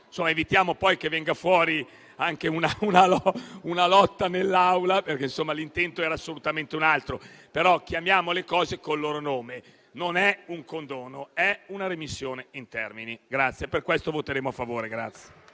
Evitiamo però che ne derivi una lotta nell'Aula, perché l'intento era assolutamente un altro. Ad ogni modo, chiamiamo le cose con il loro nome: non è un condono, è una rimessione in termini. Per questo voteremo a favore